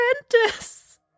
apprentice